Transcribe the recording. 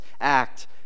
act